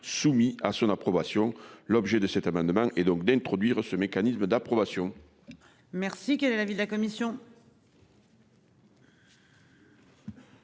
soumis à son approbation. L'objet de cet amendement et donc d'introduire ce mécanisme d'approbation.